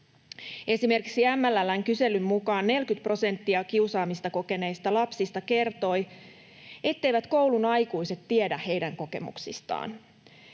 Esimerkiksi MLL:n kyselyn mukaan 40 prosenttia kiusaamista kokeneista lapsista kertoi, etteivät koulun aikuiset tiedä heidän kokemuksistaan.